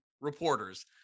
reporters